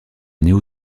néo